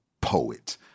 poet